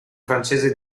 francese